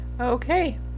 Okay